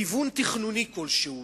כיוון תכנוני כלשהו,